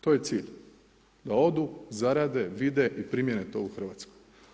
To je cilj da odu, zarade, vide i primjene to u Hrvatskoj.